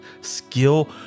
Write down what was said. skill